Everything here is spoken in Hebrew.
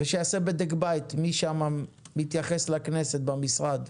מי שיעשה בדק בית מי שם מתייחס לכנסת במשרד.